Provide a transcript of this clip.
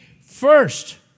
first